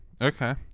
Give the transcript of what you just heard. Okay